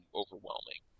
overwhelming